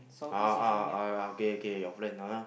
ah ah ah okay K K your friend (uh huh)